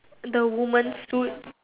the woman's suit